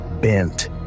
bent